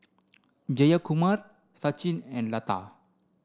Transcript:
Jayakumar Sachin and Lata